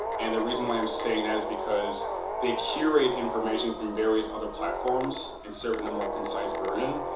and the reason why i'm saying that is because they curate information from various other platforms and serve it in a more concise version.